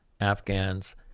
Afghans